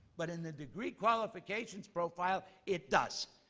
but in the degree qualifications profile, it does.